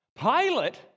Pilate